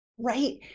Right